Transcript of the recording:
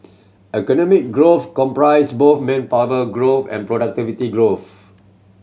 economic growth comprises both manpower growth and productivity growth